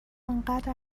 آنقدر